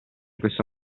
questo